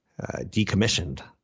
decommissioned